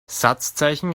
satzzeichen